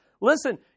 Listen